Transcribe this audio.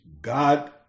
God